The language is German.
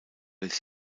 des